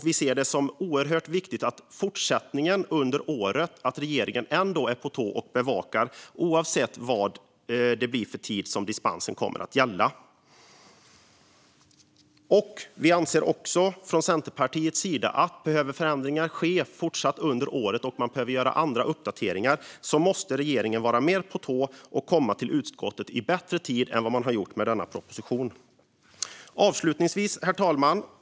Vi ser det som oerhört viktigt att regeringen ändå fortsättningsvis under året är på tårna och bevakar detta, oavsett vilken tid dispensen kommer att gälla. Från Centerpartiets sida anser vi även att regeringen måste vara mer på tårna om förändringar behöver ske under året och om andra uppdateringar behöver göras. Regeringen behöver komma till utskottet i bättre tid än vad den har gjort när det gäller denna proposition. Herr talman!